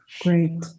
great